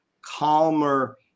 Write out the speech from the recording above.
calmer